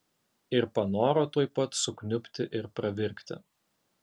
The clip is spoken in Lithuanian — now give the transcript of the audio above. ir panoro tuoj pat sukniubti ir pravirkti